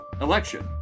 election